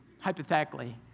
hypothetically